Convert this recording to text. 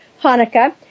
Hanukkah